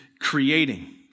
creating